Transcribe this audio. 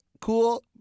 cool